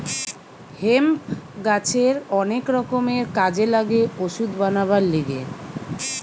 hemp গাছের অনেক রকমের কাজে লাগে ওষুধ বানাবার লিগে